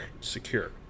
secure